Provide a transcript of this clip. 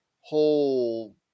whole